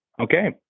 Okay